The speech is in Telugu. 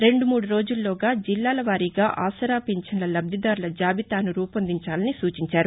రెండు మూడు రోజుల్లోగా జిల్లాలవారీగా ఆసరా ఫించన్ల లబ్దిదారుల జాబితాను రూపొందించాలని సూచించారు